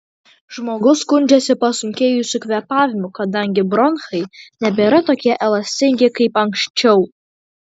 žmogus skundžiasi pasunkėjusiu kvėpavimu kadangi bronchai nebėra tokie elastingi kaip anksčiau